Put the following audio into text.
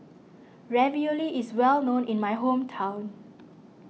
Ravioli is well known in my hometown